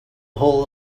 hull